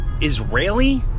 Israeli